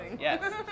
Yes